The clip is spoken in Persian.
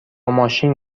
ماشین